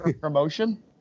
Promotion